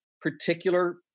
particular